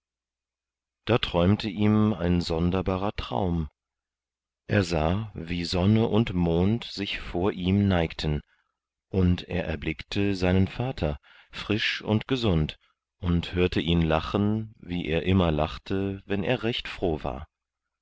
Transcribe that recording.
da träumte ihm ein sonderbarer traum er sah wie sonne und mond sich vor ihm neigten und er erblickte seinen vater frisch und gesund und hörte ihn lachen wie er immer lachte wenn er recht froh war